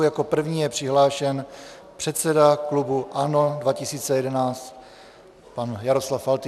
Jako první je přihlášen předseda klubu ANO 2011 pan Jaroslav Faltýnek.